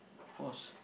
of course